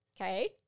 Okay